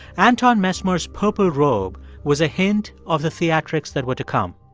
anton mesmer's purple robe was a hint of the theatrics that were to come.